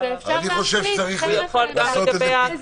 יכול להעביר גם לגבי ההקלות.